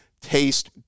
taste